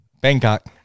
Bangkok